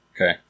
Okay